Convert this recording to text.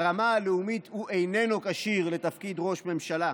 ברמה הלאומית הוא איננו כשיר לתפקיד ראש ממשלה.